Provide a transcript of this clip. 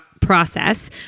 process